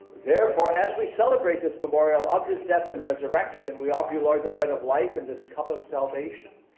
therefore, as we celebrate this memorial of his death and resurrection we offer you lord the bread of life in this cup of salvation.